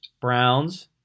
Browns